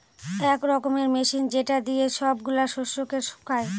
এক রকমের মেশিন যেটা দিয়ে সব গুলা শস্যকে শুকায়